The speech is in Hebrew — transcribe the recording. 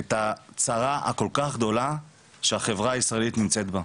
את הצרה הכול כך גדולה, שהחברה הישראלית נמצאת בה,